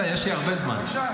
יש לי הרבה זמן.